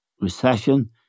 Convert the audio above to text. recession